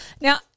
Now